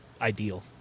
ideal